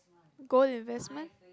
gold investment